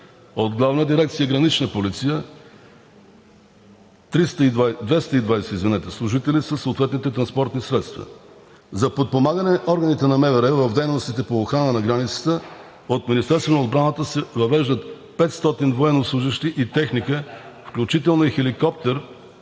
от Главна дирекция „Гранична полиция“ – 220 служители със съответните транспортни средства. За подпомагане на органите на МВР в дейностите по охрана на границата от Министерството на отбраната се въвеждат 500 военнослужещи и техника, включително и хеликоптер